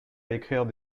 écrire